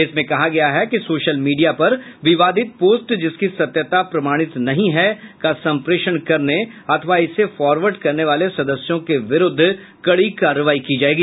इसमें कहा गया है कि सोशल मीडिया पर विवादित पोस्ट जिसकी सत्यता प्रमाणित नहीं है का संप्रेषण करने अथवा इसे फॉरवार्ड करने वाले सदस्यों के विरूद्व कड़ी कार्रवाई की जायेगी